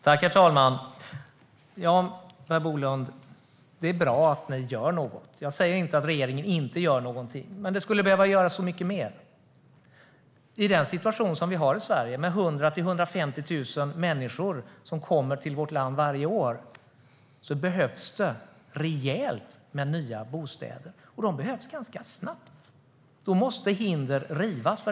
Herr talman! Det är bra, Per Bolund, att ni gör något. Jag säger inte att regeringen inte gör någonting. Men det skulle behöva göras så mycket mer. I den situation som vi har i Sverige med 100 000-150 000 människor som kommer till vårt land varje år behövs det rejält med nya bostäder, och de behövs ganska snabbt. Då måste hinder rivas.